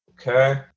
okay